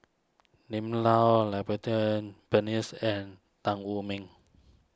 Lim Lau Peng Neice and Tan Wu Meng